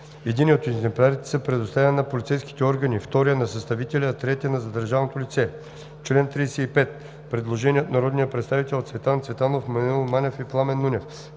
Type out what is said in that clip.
Единият от екземплярите се предоставя на полицейските органи, вторият – на съставителя, а третият – на задържаното лице.“ Член 35 – предложение от народните представители Цветан Цветанов, Маноил Манев и Пламен Нунев.